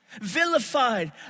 vilified